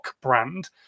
brand